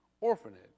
Orphanage